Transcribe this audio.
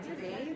today